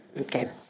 Okay